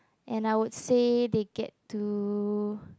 and I would say they get to